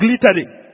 glittering